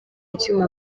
icyuma